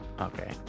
Okay